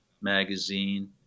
magazine